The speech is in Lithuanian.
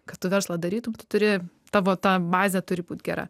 kad tu verslą darytum tu turi tavo ta bazė turi būt gera